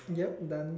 yup done